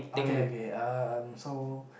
okay okay um so